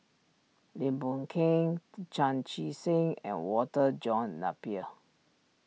Lim Boon Keng Chan Chee Seng and Walter John Napier